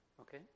Okay